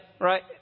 Right